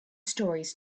stories